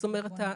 זאת אומרת,